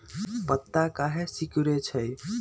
पत्ता काहे सिकुड़े छई?